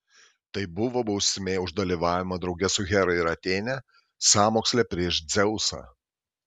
tai buvo bausmė už dalyvavimą drauge su hera ir atėne sąmoksle prieš dzeusą